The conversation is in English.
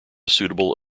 suitable